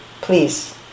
Please